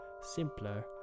simpler